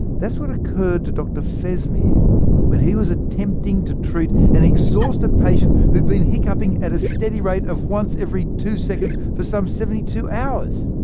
that's what occurred to dr fesmire when he was attempting to treat an exhausted patient who'd been hiccupping at a steady rate of once every two seconds for some seventy two hours.